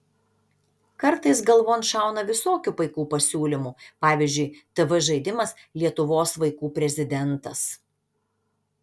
kartais galvon šauna visokių paikų pasiūlymų pavyzdžiui tv žaidimas lietuvos vaikų prezidentas